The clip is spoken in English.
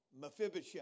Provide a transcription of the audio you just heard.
Mephibosheth